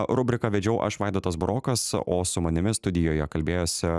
rubriką vedžiau aš vaidotas burokas o su manimi studijoje kalbėjosi